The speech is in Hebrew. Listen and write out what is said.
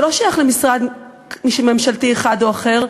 זה לא שייך למשרד ממשלתי אחד או אחר,